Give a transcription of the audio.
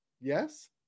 Yes